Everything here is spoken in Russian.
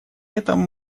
этом